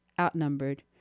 outnumbered